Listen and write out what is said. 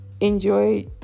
enjoy